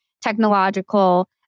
technological